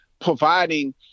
providing